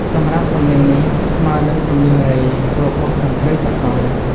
សំរាប់សំនៀងនេះស្មើនឹងសំនៀងរ៉េ របស់តន្ដ្រីសាកល។